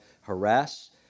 harass